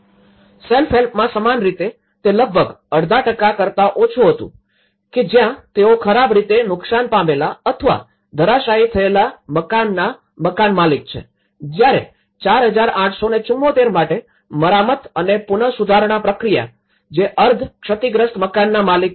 self હેલ્પમાં સમાન રીતે તે લગભગ અડધા ટકા કરતા ઓછું હતું કે જ્યાં તેઓ ખરાબ રીતે નુકસાન પામેલા અથવા ધરાશાયી થયેલા મકાનના મકાન માલિક છે જયારે ૪૮૭૪ માટે મરામત અને પુનસુધારણા પ્રક્રિયા જે અર્ધ ક્ષતિગ્રસ્ત મકાનના માલિક માટે છે